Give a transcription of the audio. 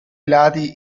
lati